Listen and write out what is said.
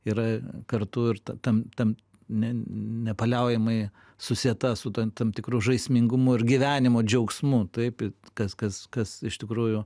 yra kartu ir tą tam tam nepaliaujamai susieta su tam tikru žaismingumu ir gyvenimo džiaugsmu taip kas kas kas iš tikrųjų